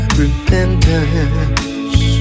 repentance